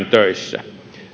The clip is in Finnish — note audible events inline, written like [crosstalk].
[unintelligible] töissä